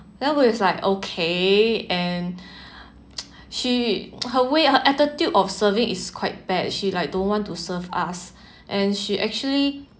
then was like okay and she her way her attitude of serving is quite bad she like don't want to serve us and she actually